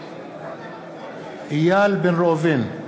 איל בן ראובן,